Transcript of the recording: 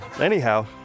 Anyhow